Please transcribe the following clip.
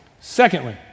Secondly